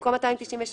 במקום "298,